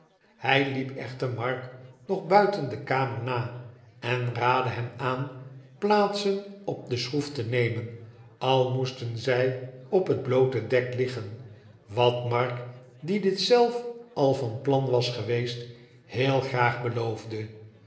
hij liep echter mark nog buiten de kamer na en raadde hem aan plaatsen op de schroef te nemen al moesten zij op het bloote dek liggen wat mark die dit zelf al van plan was geweest heel graag beloofde